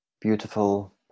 beautiful